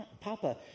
Papa